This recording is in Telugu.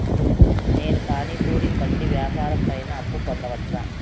నేను పానీ పూరి బండి వ్యాపారం పైన అప్పు పొందవచ్చా?